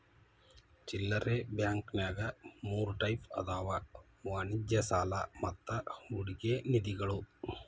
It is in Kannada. ಚಿಲ್ಲರೆ ಬಾಂಕಂನ್ಯಾಗ ಮೂರ್ ಟೈಪ್ ಅದಾವ ವಾಣಿಜ್ಯ ಸಾಲಾ ಮತ್ತ ಹೂಡಿಕೆ ನಿಧಿಗಳು